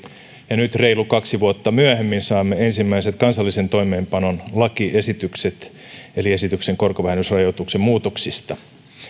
ja nyt reilu kaksi vuotta myöhemmin saamme ensimmäiset kansallisen toimeenpanon lakiesitykset eli esityksen korkovähennysrajoituksen muutoksista